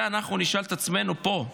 את זה אנחנו נשאל את עצמנו פה,